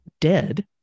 dead